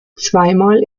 zweimal